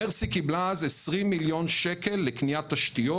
מרסי קיבלה אז 20 מיליון שקל לקניית תשתיות.